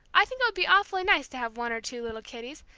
i think it would be awfully nice to have one or two little kiddies,